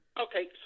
Okay